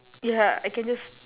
ya I can just